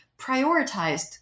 prioritized